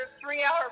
three-hour